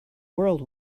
world